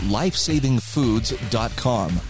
lifesavingfoods.com